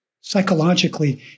psychologically